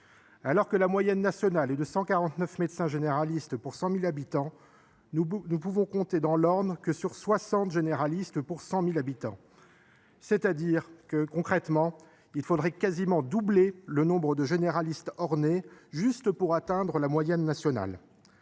Alors que la moyenne nationale est de 149 médecins généralistes pour 100 000 habitants, nous ne pouvons compter dans l’Orne que sur 60 médecins généralistes pour 100 000 habitants. Concrètement, il faudrait plus que doubler le nombre de généralistes ornais juste pour atteindre la moyenne nationale